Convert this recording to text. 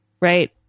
Right